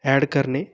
add करणे